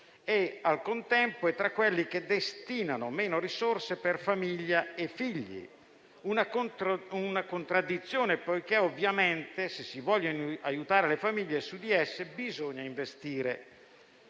al contempo, è tra quelli che destinano meno risorse per famiglia e figli. Questa è una contraddizione, poiché ovviamente, se si vogliono aiutare le famiglie, bisogna investire